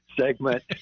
segment